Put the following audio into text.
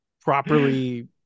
properly